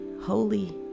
holy